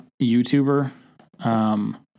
YouTuber